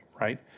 right